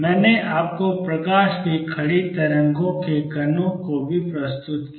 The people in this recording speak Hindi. मैंने आपको प्रकाश की खड़ी तरंगों के कणों को भी प्रस्तुत किया